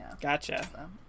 gotcha